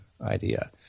idea